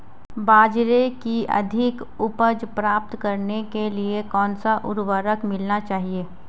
बाजरे की अधिक उपज प्राप्त करने के लिए कौनसा उर्वरक मिलाना चाहिए?